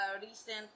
recent